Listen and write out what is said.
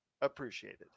appreciated